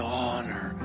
honor